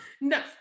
no